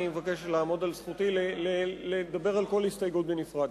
אני אבקש לעמוד על זכותי לדבר על כל הסתייגות בנפרד,